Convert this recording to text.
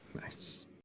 Nice